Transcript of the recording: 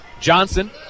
Johnson